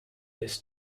this